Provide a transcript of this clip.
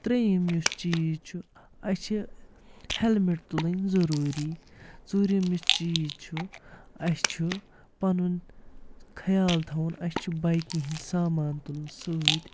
ترٛیٚیِم یُس چیٖز چھُ اَسہِ چھِ ہیٚلمِٹ تُلٕنۍ ضَروٗری ژوٗرِم یُس چیٖز چھُ اَسہِ چھُ پَنُن خیال تھاوُن اَسہِ چھُ بایِکہِ ہِنٛدۍ سامان تُلُن سۭتۍ